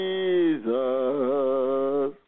Jesus